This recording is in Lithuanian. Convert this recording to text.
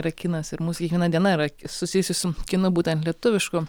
yra kinas ir mūsų kiekviena diena yra susijusi su kinu būtent lietuvišku